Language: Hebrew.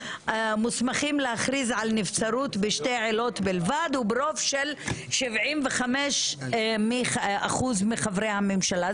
מוסמכים להכריז על נבצרות בשתי עילות בלבד וברוב של 75% מחברי הממשלה.